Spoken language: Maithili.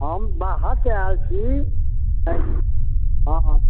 हम बाहरसे आएल छी हँ